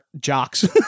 jocks